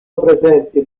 presenti